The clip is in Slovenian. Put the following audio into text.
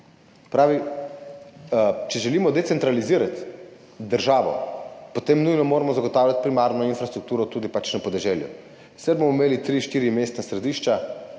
pravi, če želimo decentralizirati državo, potem moramo nujno zagotavljati primarno infrastrukturo tudi na podeželju, sicer bomo imeli tri, štiri mestna središča,